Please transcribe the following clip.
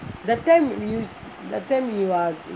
that time you are